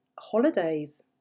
holidays